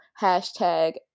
Hashtag